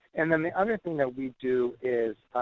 and then the other thing that we do is